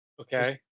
okay